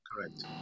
Correct